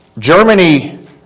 Germany